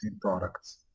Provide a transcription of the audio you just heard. products